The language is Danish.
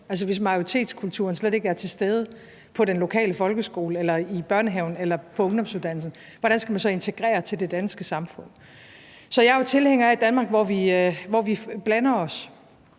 hvis majoritetskulturen slet ikke er til stede på den lokale folkeskole eller i børnehaven eller på ungdomsuddannelsen, hvordan skal man så integreres i det danske samfund? Så jeg er jo tilhænger af et Danmark, hvor vi blander os,